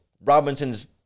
Robinson's